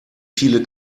viele